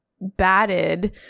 batted